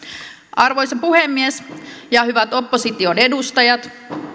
arvoisa puhemies ja hyvät opposition edustajat